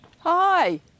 Hi